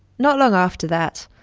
not long after that,